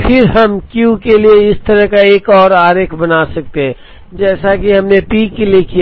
फिर हम क्यू के लिए इस तरह का एक और आरेख बना सकते हैं जैसा कि हमने पी के लिए किया था